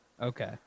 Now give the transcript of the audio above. okay